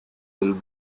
will